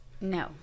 no